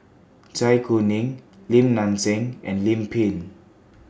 Zai Kuning Lim Nang Seng and Lim Pin